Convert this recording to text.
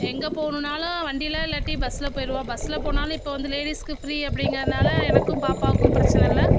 எங்கே போணும்னாலும் வண்டியில இல்லாட்டி பஸ்ல போயிடுவோம் பஸ்ல போனாலும் இப்போ வந்து லேடிஸ்க்கு ஃப்ரீ அப்படிங்குறனால எனக்கும் பாப்பாக்கும் பிரச்சனயில்ல